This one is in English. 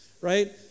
right